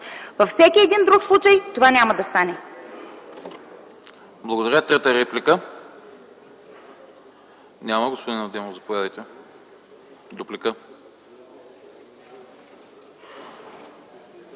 Във всеки един друг случай, това няма да стане.